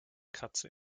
katze